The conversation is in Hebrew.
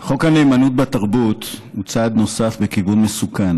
חוק הנאמנות בתרבות הוא צעד נוסף בכיוון מסוכן